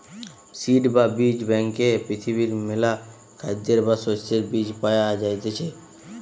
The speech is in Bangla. সিড বা বীজ ব্যাংকে পৃথিবীর মেলা খাদ্যের বা শস্যের বীজ পায়া যাইতিছে